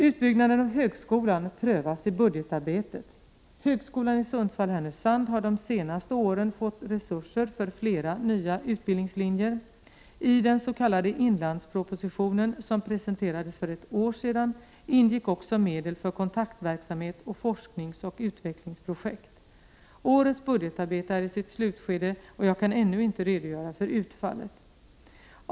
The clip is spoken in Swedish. Utbyggnaden av högskolan prövas i budgetarbetet. Högskolan i Sundsvall/ Härnösand har de senaste åren fått resurser för flera nya utbildningslinjer. I den s.k. inlandspropositionen, som presenterades för ett år sedan, ingick också medel för kontaktverksamhet och forskningsoch utvecklingsprojekt. Årets budgetarbete är i sitt slutskede, och jag kan ännu inte redogöra för utfallet.